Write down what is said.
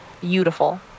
beautiful